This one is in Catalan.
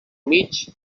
mig